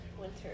winter